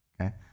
Okay